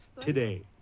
today